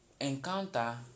encounter